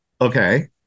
Okay